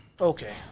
Okay